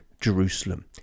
Jerusalem